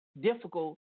difficult